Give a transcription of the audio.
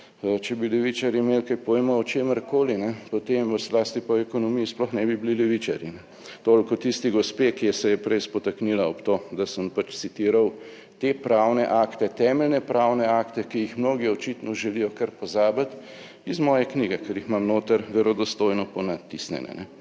če bi levičarji imeli kaj pojma o čemerkoli, potem, zlasti pa v ekonomiji sploh ne bi bili levičarji. Toliko o tisti gospe, ki se je prej spotaknila ob to, da sem pač citiral te pravne akte, temeljne pravne akte, ki jih mnogi očitno želijo kar pozabiti, iz moje knjige, ker jih imam noter verodostojno ponatisnjene.